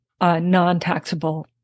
non-taxable